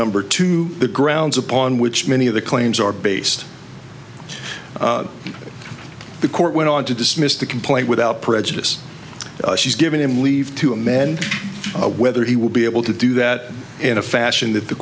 number two the grounds upon which many of the claims are based in the court went on to dismiss the complaint without prejudice she's given him leave to amend whether he will be able to do that in a fashion that the